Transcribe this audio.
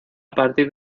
partir